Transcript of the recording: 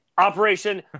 Operation